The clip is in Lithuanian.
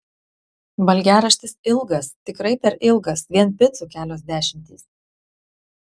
valgiaraštis ilgas tikrai per ilgas vien picų kelios dešimtys